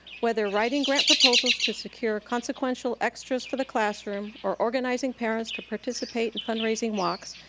whether writing grant proposals to secure consequential extras for the classroom, or organizing parents to participate in fundraising walks,